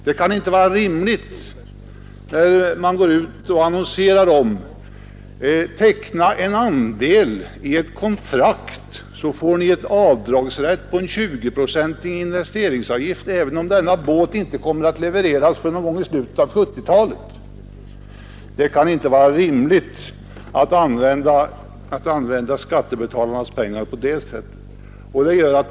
Det kan inte vara rimligt att möjlighet skall finnas att i annonser inbjuda till teckning av andelar i ett kontrakt för att möjliggöra ett 20-procentigt investeringsavdrag, trots att den båt det gäller inte kommer att levereras förrän i slutet av 1970-talet. Det kan inte vara rimligt att använda skattebetalarnas pengar på detta sätt.